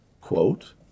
quote